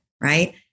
right